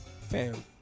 Fam